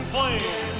Flames